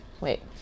wait